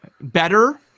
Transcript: Better